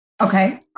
Okay